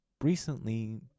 recently